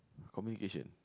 communication